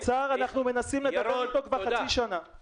האוצר, אנחנו מנסים לדבר אתו כבר חצי שנה.